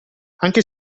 anche